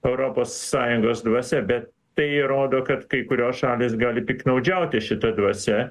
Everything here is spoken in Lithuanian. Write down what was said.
europos sąjungos dvasia bet tai rodo kad kai kurios šalys gali piktnaudžiauti šita dvasia